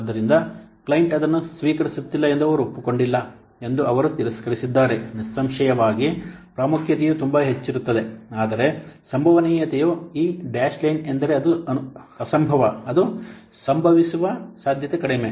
ಆದ್ದರಿಂದ ಕ್ಲೈಂಟ್ ಅದನ್ನು ಸ್ವೀಕರಿಸುತ್ತಿಲ್ಲ ಎಂದು ಅವರು ಒಪ್ಪಿಕೊಂಡಿಲ್ಲ ಎಂದು ಅವರು ತಿರಸ್ಕರಿಸಿದ್ದಾರೆ ನಿಸ್ಸಂಶಯವಾಗಿ ಪ್ರಾಮುಖ್ಯತೆಯು ತುಂಬಾ ಹೆಚ್ಚಿರುತ್ತದೆ ಆದರೆ ಸಂಭವನೀಯತೆಯು ಈ ಡ್ಯಾಶ್ ಲೈನ್ ಎಂದರೆ ಅದು ಅಸಂಭವ ಅದು ಸಂಭವಿಸುವ ಸಾಧ್ಯತೆ ಕಡಿಮೆ